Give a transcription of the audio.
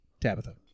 Tabitha